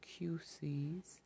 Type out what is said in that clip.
QCs